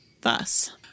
thus